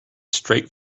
straight